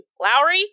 Lowry